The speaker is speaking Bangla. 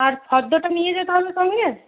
আর ফর্দটা নিয়ে যেতে হবে সঙ্গে